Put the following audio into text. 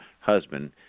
husband